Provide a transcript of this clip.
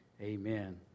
Amen